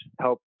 help